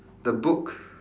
the book